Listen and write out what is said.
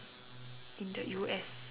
in the U_S